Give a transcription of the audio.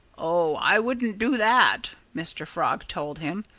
oh! i wouldn't do that! mr. frog told him.